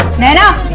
naina.